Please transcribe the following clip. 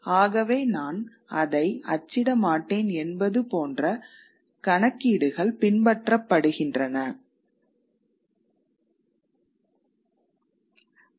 ஆகவே நான் அதை அச்சிட மாட்டேன் என்பது போன்ற கணக்கீடுகள் பின்பற்றப்படுகின்றன